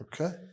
Okay